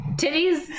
titties